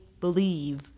believe